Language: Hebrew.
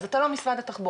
אז אתה לא משרד התחבורה,